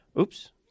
oops